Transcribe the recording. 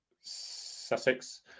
Sussex